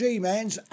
G-Man's